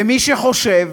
ומי שחושב